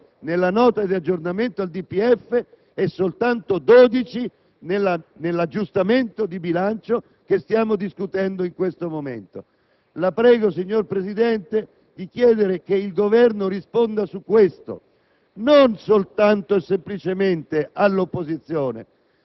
Di questi, il Governo ne fa emergere 19 nella Nota di aggiornamento al DPEF e soltanto 12 nell'assestamento di bilancio che stiamo discutendo. Signor Presidente, la prego di chiedere che il Governo risponda su questo,